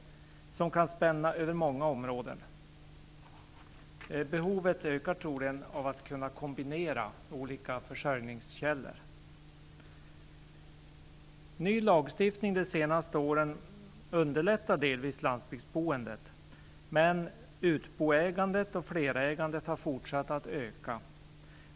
Denna verksamhet kan spänna över många områden. Behovet av att kunna kombinera olika försörjningskällor ökar troligen. Ny lagstiftning de senaste åren underlättar delvis landsbygdsboendet. Utboägandet och flerägandet har dock fortsatt att öka.